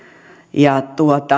ja